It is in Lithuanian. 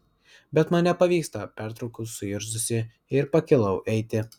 bet man nepavyksta pertraukiau suirzusi ir pakilau eiti